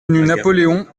napoléon